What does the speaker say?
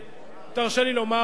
ותרשה לי לומר,